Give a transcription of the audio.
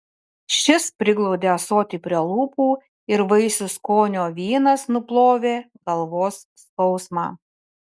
šis priglaudė ąsotį prie lūpų ir vaisių skonio vynas nuplovė galvos skausmą